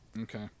Okay